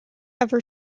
ever